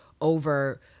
over